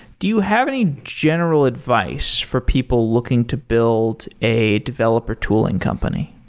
do you have any general advice for people looking to build a developer tooling company?